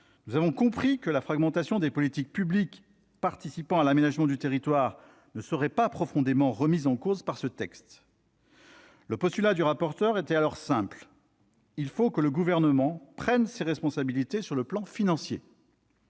Nous avons compris aussi que la fragmentation des politiques publiques participant à l'aménagement du territoire ne serait pas profondément remise en cause par ce texte. Le postulat du rapporteur était simple : le Gouvernement doit prendre ses responsabilités sur le plan financier.